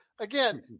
Again